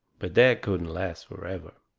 but that couldn't last forever.